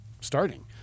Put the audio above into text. starting